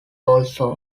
also